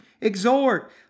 exhort